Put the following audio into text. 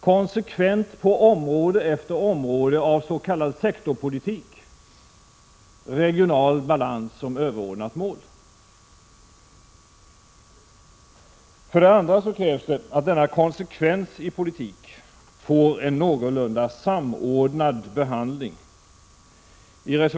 Konsekvent — på område efter område av s.k. sektorspolitik — har vi regional balans som ett överordnat mål. För det andra krävs att denna konsekvens i politik får en någorlunda samordnad behandling.